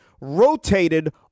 rotated